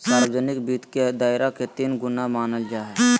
सार्वजनिक वित्त के दायरा के तीन गुना मानल जाय हइ